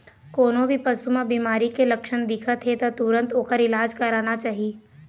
कोनो भी पशु म बिमारी के लक्छन दिखत हे त तुरत ओखर इलाज करना चाही